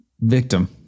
victim